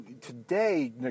today